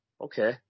Okay